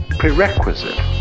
prerequisite